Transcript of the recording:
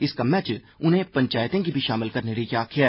इस कम्मै च उनें पंचैतें गी बी शामल करने ले आक्खेया